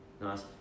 Nice